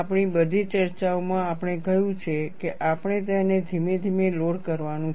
આપણી બધી ચર્ચાઓમાં આપણે કહ્યું છે કે આપણે તેને ધીમે ધીમે લોડ કરવાનું છે